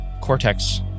cortex